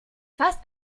fast